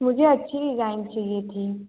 मुझे अच्छी डिज़ाइन चाहिए थी